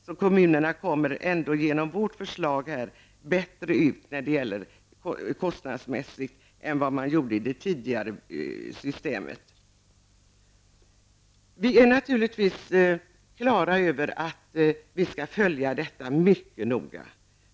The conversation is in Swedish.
För kommunerna blir det genom vårt förslag bättre rent kostnadsmässigt jämfört med det tidigare systemet. Vi är naturligtvis klara över att detta måste följas mycket noga.